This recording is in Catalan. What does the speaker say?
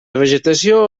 vegetació